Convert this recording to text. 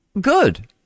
Good